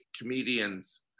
comedians